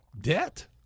debt